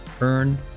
Earn